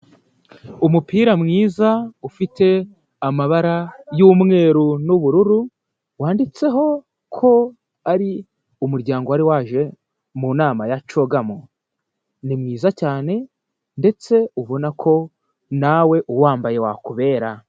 Umupira mwiza ufite amabara y'umweru n'ubururu, wanditseho ko ari umuryango wari waje mu nama ya CHOGM. Ni mwiza cyane ndetse ubona ko nawe uwambaye wakubera.